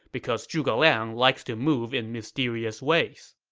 because zhuge liang likes to move in mysterious ways